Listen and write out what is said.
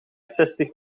zestig